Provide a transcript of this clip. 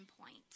Point